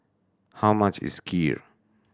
how much is Kheer